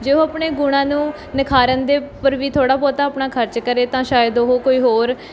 ਜੇ ਉਹ ਆਪਣੇ ਗੁਣਾਂ ਨੂੰ ਨਿਖਾਰਨ ਦੇ ਉੱਪਰ ਵੀ ਥੋੜ੍ਹਾ ਬਹੁਤਾ ਆਪਣਾ ਖਰਚ ਕਰੇ ਤਾਂ ਸ਼ਾਇਦ ਉਹ ਕੋਈ ਹੋਰ